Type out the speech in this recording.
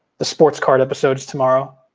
the sports card episode is tomorrow.